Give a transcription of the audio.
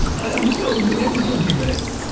i'd thought we'd be there for twenty minutes.